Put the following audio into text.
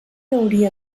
hauria